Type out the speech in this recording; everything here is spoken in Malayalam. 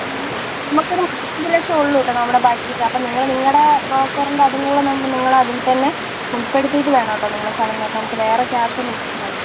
ആ നമുക്ക് നമുക്കൊരു മുപ്പത്തഞ്ചു ലക്ഷം ഉള്ളുട്ടോ നമ്മുടെ ബഡ്ജറ്റ് അപ്പോൾ നിങ്ങൾ നിങ്ങടെ ബ്രോക്കറിൻ്റെ അതുംകൂടെ നിങ്ങൾ അതിൽത്തന്നെ ഉൾപ്പെടുത്തിയിട്ട് വേണംട്ടോ നിങ്ങൾ സ്ഥലം നോക്കാൻ നമുക്ക് വേറെ ക്യാഷൊന്നും ഇപ്പം ഇല്ല